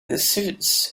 decisions